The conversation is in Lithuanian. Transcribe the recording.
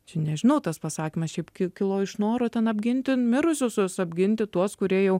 čia nežinau tas pasakymas šiaip ki kilo iš noro ten apginti numirusiuosius apginti tuos kurie jau